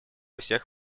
всех